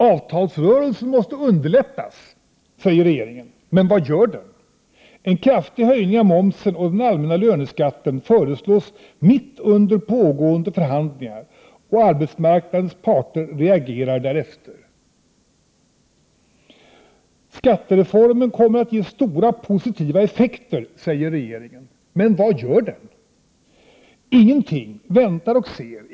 Avtalsrörelsen måste underlättas, säger regeringen. Men vad gör regeringen? En kraftig höjning av momsen och den allmänna löneskatten föreslås mitt under pågående förhandlingar, och arbetsmarknadens parter reagerar därefter. Skattereformen kommer att ge stora positiva effekter, säger regeringen. Men vad gör regeringen? Ingenting, väntar och ser.